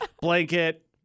blanket